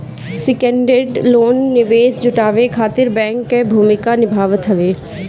syndicated loan निवेश जुटावे खातिर बैंक कअ भूमिका निभावत हवे